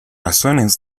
razones